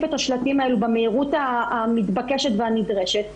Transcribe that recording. את השלטים האלה במהירות הנדרשת והמתבקשת.